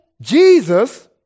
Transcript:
Jesus